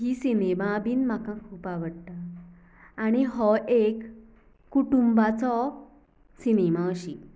ही cinema बीन म्हाका खूब आवडटा आनी हो एक कुटुंबाचो सिनेमा अशी